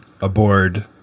aboard